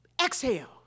Exhale